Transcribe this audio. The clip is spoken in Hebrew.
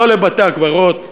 לא לבתי-הקברות,